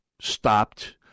stopped